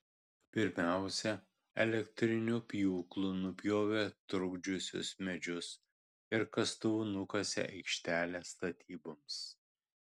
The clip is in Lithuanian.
pirmiausia elektriniu pjūklu nupjovė trukdžiusius medžius ir kastuvu nukasė aikštelę statyboms